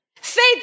Faith